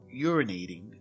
urinating